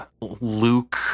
Luke